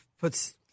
puts